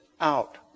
out